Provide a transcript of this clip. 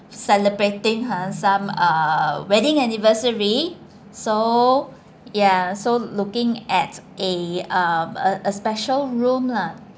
celebrating ha some uh wedding anniversary so ya so looking at a uh a special room lah